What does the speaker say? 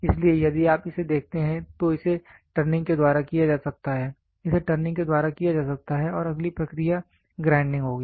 इसलिए यदि आप इसे देखते हैं तो इसे टर्निंग के द्वारा किया जा सकता है इसे टर्निंग के द्वारा किया जा सकता है और अगली प्रक्रिया ग्राइंडिंग होगी